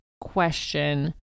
question